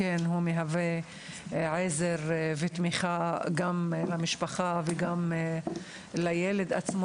המהווה עזר ותמיכה למשפחה ולילד.